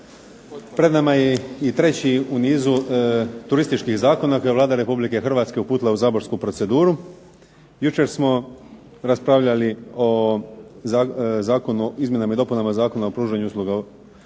Pred nama je i treći u nizu turističkih zakona koji je Vlada Republike Hrvatske uputila u saborsku proceduru. Jučer smo raspravljali o zakonu, izmjenama i dopunama Zakona o pružanju usluga u